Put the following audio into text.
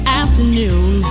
afternoon